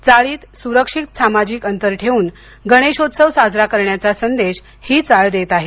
चाळीत सुरक्षित सामाजिक अंतर ठेऊन गणेशोत्सव साजरा करण्याचा संदेश ही चाळ देत आहे